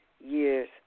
years